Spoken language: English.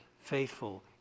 faithful